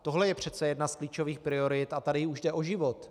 Tohle je přece jedna z klíčových priorit a tady už jde o život.